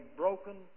broken